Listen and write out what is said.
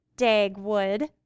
Dagwood